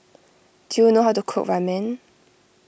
do you know how to cook Ramen